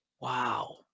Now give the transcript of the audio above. Wow